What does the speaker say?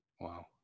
Wow